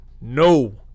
no